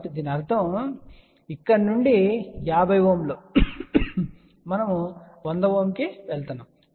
కాబట్టి దీని అర్థం ఇక్కడ నుండి 50 Ω మనము 100Ω కి వెళ్తున్నాము